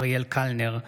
אריאל קלנר,